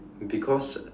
because